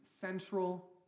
central